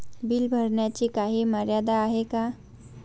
Bill भरण्याची काही मर्यादा आहे का?